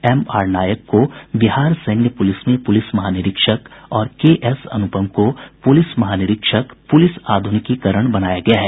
M R Nayak को बिहार सैन्य पुलिस में पुलिस महानिरीक्षक और के एस अनुपम को पुलिस महानिरीक्षक पुलिस आधुनिकीकरण बनाया गया है